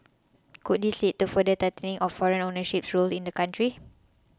could this lead to further tightening of foreign ownership rules in the country